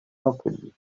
montpellier